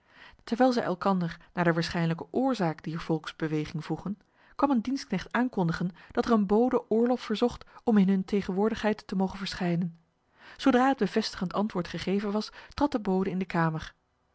terwijl zij elkander naar de waarschijnlijke oorzaak dier volksbeweging vroegen kwam een dienstknecht aankondigen dat er een bode oorlof verzocht om in hun tegenwoordigheid te mogen verschijnen zodra het bevestigend antwoord gegeven was trad de bode in de kamer